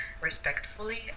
respectfully